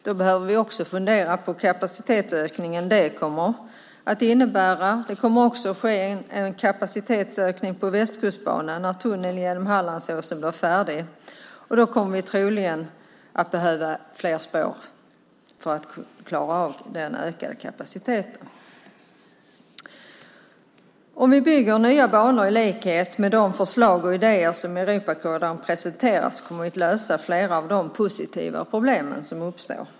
Då behöver vi också fundera på den kapacitetsökning som det kommer att innebära. Det kommer också att ske en kapacitetsökning på Västkustbanan när tunneln genom Hallandsåsen blir färdig. Och då kommer vi troligen att behöva fler spår för att klara av den ökade kapaciteten. Om vi bygger nya banor i likhet med de förslag och idéer som Europakorridoren presenterar kommer vi att lösa flera av de positiva problem som uppstår.